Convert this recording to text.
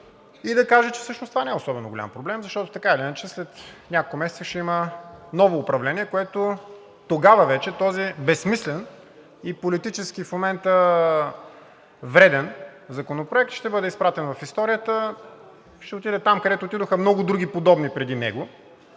и да кажа, че това всъщност не е особено голям проблем, защото така или иначе след няколко месеца ще има ново управление, което тогава вече този безсмислен и политически в момента вреден законопроект ще бъде изпратен в историята. Ще отиде там, където отидоха много други подобни преди него,